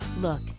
look